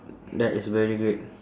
that is very great